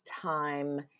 time